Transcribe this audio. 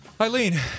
Eileen